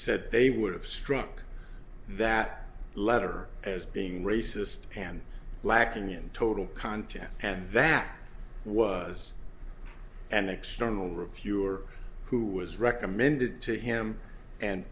said they would have struck that letter as being racist and lacking in total content and that was an external review or who was recommended to him and